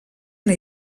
una